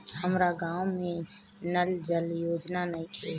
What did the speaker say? हमारा गाँव मे नल जल योजना नइखे?